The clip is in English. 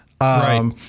Right